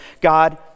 God